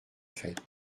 fête